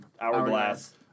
hourglass